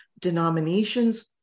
denominations